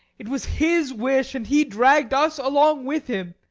it was his wish, and he dragged us along with him.